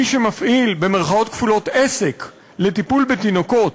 מי שמפעיל "עסק" לטיפול בתינוקות,